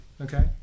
okay